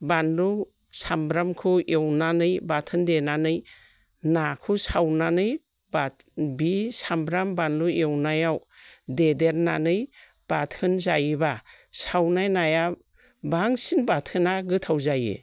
बानलु सामब्रामखौ एवनानै बाथोन देनानै नाखौ सावनानै बे सामब्राम बानलु एवनायाव देदेरनानै बाथोन जायोबा सावनाय नाया बांसिन बाथोना गोथाव जायो